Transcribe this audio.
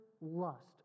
lust